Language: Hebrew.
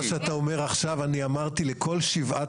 מה שאתה אומר עכשיו אני אמרתי לכל שבעת